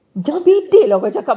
otter cla~